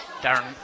Darren